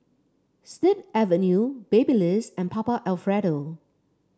Snip Avenue Babyliss and Papa Alfredo